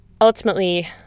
ultimately